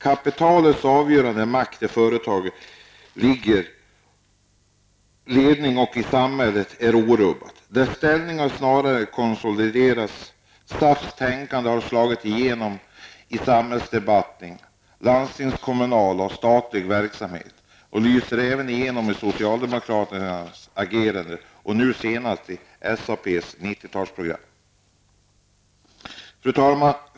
Kapitalets avgörande makt i företagens ledning och i samhället är orubbad. Dess ställning har snarare konsoliderats. SAFs tänkande har slagit igenom i samhällsdebatten, landstingskommunal och statlig verksamhet och lyser även igenom i socialdemokraternas agerande och nu senast i SAPs 90-talsprogram. Fru talman!